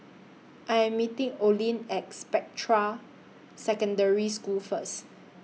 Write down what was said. I Am meeting Olin At Spectra Secondary School First